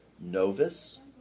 Novus